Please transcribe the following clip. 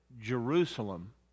Jerusalem